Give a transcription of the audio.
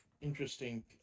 interesting